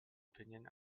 opinion